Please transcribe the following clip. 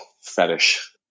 fetish